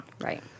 right